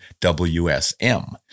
WSM